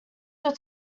were